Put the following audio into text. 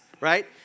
right